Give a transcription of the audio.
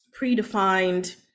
predefined